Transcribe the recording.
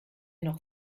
noch